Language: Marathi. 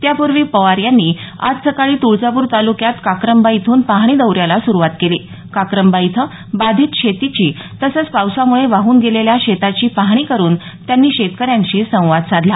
त्यापूर्वी पवार यांनी आज सकाळी तुळजापूर ताल्क्यात काक्रंबा इथून पाहणी दौऱ्याला सुरुवात केली काक्रंबा इथं बाधित शेतीची तसंच पावसामुळे वाहून गेलेल्या शेताची पाहणी करून त्यांनी शेतकऱ्यांशी संवाद साधला